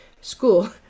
school